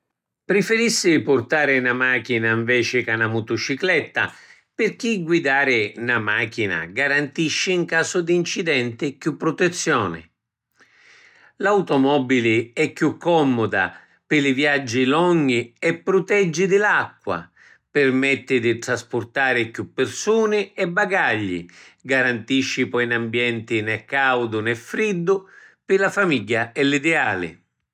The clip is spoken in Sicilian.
Prifirissi purtari na machina nveci ca na motucicletta pirchì guidari na machina garantisci in casu di ncidenti chiù prutezioni. L’automobili è chiù commuda pi li viaggi longhi e pruteggi di l’acqua. Pirmetti di traspurtari chiù pirsuni e bagagli. Garantisci poi n’ambienti né caudu né friddu. Pi la famigghia è l’ideali.